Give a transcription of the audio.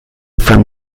from